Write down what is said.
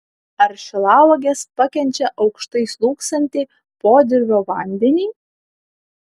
ar šilauogės pakenčia aukštai slūgsantį podirvio vandenį